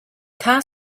car